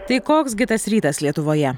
tai koks gi tas rytas lietuvoje